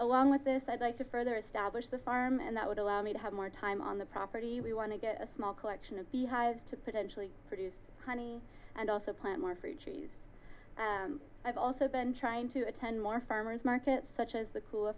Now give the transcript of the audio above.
along with this i'd like to further establish the farm and that would allow me to have more time on the property we want to get a small collection of beehives to potentially produce honey and also plant more free cheese i've also been trying to attend more farmers markets such as the co